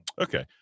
Okay